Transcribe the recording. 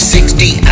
Sixty